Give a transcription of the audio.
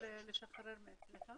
ונקבל ממך התייחסות.